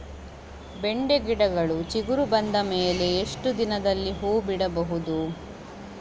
ಬೆಂಡೆ ಗಿಡಗಳು ಚಿಗುರು ಬಂದ ಮೇಲೆ ಎಷ್ಟು ದಿನದಲ್ಲಿ ಹೂ ಬಿಡಬಹುದು?